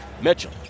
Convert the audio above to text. Mitchell